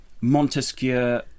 Montesquieu